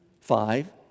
five